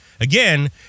Again